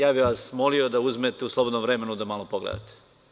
Ja bih vas molio da uzmete u slobodno vreme da malo pogledate.